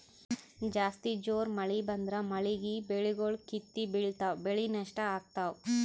ಜಾಸ್ತಿ ಜೋರ್ ಮಳಿ ಬಂದ್ರ ಮಳೀಗಿ ಬೆಳಿಗೊಳ್ ಕಿತ್ತಿ ಬಿಳ್ತಾವ್ ಬೆಳಿ ನಷ್ಟ್ ಆಗ್ತಾವ್